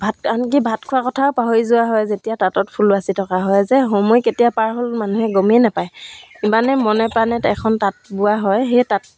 ভাত আনকি ভাত খোৱাৰ কথাও পাহৰি যোৱা হয় যেতিয়া তাঁতত ফুল বাচি থকা হয় যে সময় কেতিয়া পাৰ হ'ল মানুহে গমেই নাপায় ইমানেই মনে প্ৰাণে এখন তাঁত বোৱা হয় সেই তাঁত